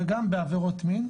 וגם בעבירות מין.